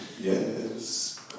Yes